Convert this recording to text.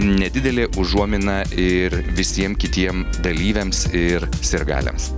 nedidelė užuomina ir visiem kitiem dalyviams ir sirgaliams